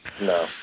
No